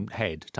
head